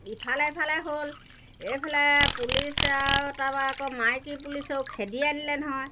ইফালে ইফালে হ'ল এইফালে পুলিচে আৰু তাৰপৰা আকৌ মাইকী পুলিচেও খেদি আনিলে নহয়